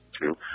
two